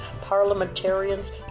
parliamentarians